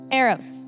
arrows